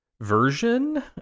version